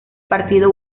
partido